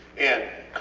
and